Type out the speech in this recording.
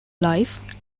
life